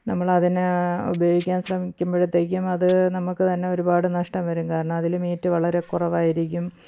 നമ്മളതിനെ ഉപയോഗിക്കാൻ ശ്രമിക്കുമ്പോഴത്തേക്കും അത് നമുക്ക് തന്നെ ഒരുപാട് നഷ്ടം വരും കാരണം അതില് മീറ്റ് വളരെ കുറവായിരിക്കും